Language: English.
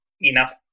enough